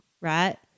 right